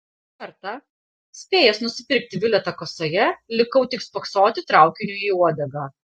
kartą spėjęs nusipirkti bilietą kasoje likau tik spoksoti traukiniui į uodegą